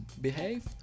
behave